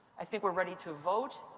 i think we're ready to vote.